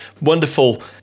Wonderful